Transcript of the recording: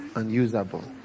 unusable